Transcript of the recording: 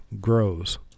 grows